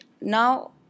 now